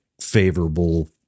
favorable